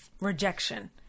rejection